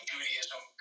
Judaism